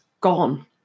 gone